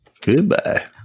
Goodbye